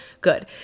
good